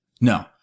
No